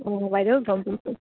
অঁ বাইদেউ